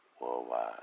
worldwide